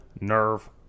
nerve